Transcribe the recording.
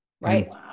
Right